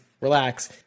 relax